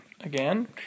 again